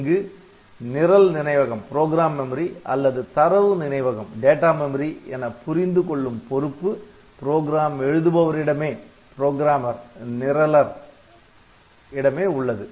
இங்கு நிரல் நினைவகம் அல்லது தரவு நினைவகம் என புரிந்து கொள்ளும் பொறுப்பு ப்ரோகிராம் எழுதுபவர் இடமே Programmer நிரலர் உள்ளது